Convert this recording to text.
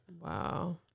Wow